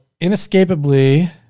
inescapably